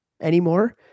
anymore